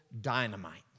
dynamite